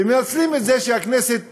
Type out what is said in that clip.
ומנצלים את זה שהכנסת